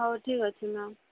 ହଉ ଠିକ୍ ଅଛି ମ୍ୟାମ୍